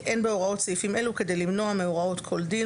בהוראות סעיפים אלו כדי לגרוע מהוראות כל דין,